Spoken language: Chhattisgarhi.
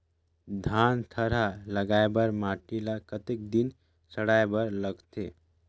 धान थरहा लगाय बर माटी ल कतेक दिन सड़ाय बर लगथे?